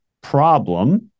problem